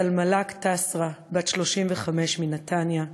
סלמלק טסרה, בת 35, מנתניה,